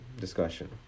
discussion